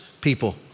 people